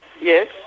Yes